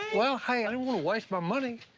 well, hey, i didn't wanna waste my money.